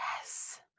yes